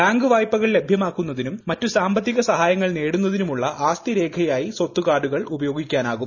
bank വായ്പകൾ ലഭ്യമാക്കുന്നതിനും മറ്റ് സാമ്പത്തിക സഹായങ്ങൾ നേടുന്നതിനുമുള്ള ആസ്തി രേഖയായി സ്വത്ത് കാർഡുകൾ ഉപയോഗിക്കാനാകും